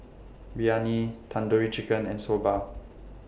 Biryani Tandoori Chicken and Soba